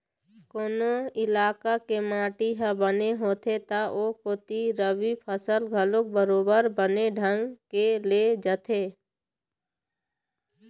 कोनो इलाका के माटी ह बने होथे त ओ कोती रबि फसल घलोक बरोबर बने ढंग के ले जाथे